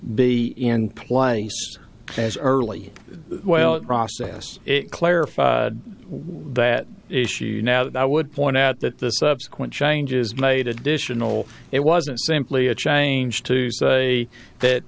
be in place as early as well process it clarified that issue now that i would point out that the subsequent changes made additional it wasn't simply a change to say that